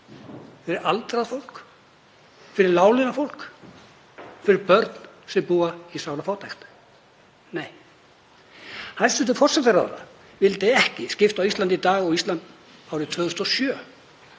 Fyrir aldrað fólk? Fyrir láglaunafólk? Fyrir börn sem búa í sárafátækt? Nei. Hæstv. forsætisráðherra vildi ekki skipta á Íslandi í dag og Íslandi árið 2007.